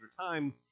time